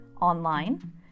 online